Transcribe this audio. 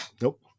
Nope